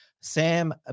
Sam